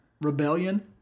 rebellion